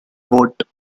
vote